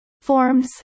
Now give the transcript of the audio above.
Forms